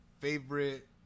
favorite